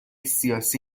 سیاسی